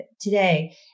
today